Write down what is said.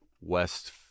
West